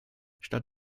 statt